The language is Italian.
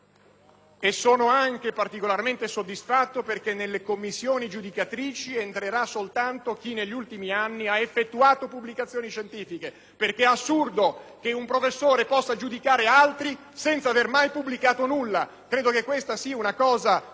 Sono anche soddisfatto perché nelle Commissioni giudicatrici entrerà soltanto chi negli ultimi anni ha effettuato pubblicazioni scientifiche. È assurdo che un professore possa giudicare altri senza aver mai pubblicato nulla. Credo che questa sia una